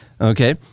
Okay